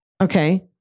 Okay